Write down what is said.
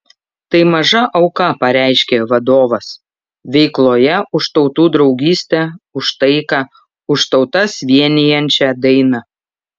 tai maža auka pareiškė vadovas veikloje už tautų draugystę už taiką už tautas vienijančią dainą